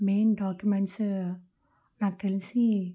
main documents నాకు తెలిసి